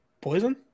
Poison